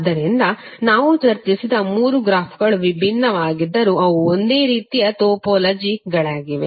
ಆದ್ದರಿಂದ ನಾವು ಚರ್ಚಿಸಿದ ಮೂರು ಗ್ರಾಫ್ಗಳು ವಿಭಿನ್ನವಾಗಿದ್ದರೂ ಅವು ಒಂದೇ ರೀತಿಯ ಟೋಪೋಲಜಿಗಳಾಗಿವೆ